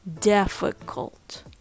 DIFFICULT